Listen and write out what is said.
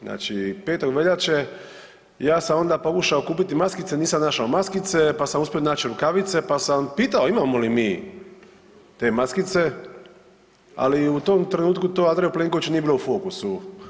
Znači 5. veljače ja sam onda pokušao kupiti maskice, nisam našao maskice, pa sam upio naći rukavice, pa sam pitao imamo li mi te maskice, ali u tom trenutku to Andreju Plenkoviću nije bilo u fokusu.